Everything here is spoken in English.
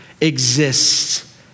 exists